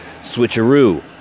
Switcheroo